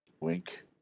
Wink